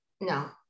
no